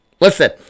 Listen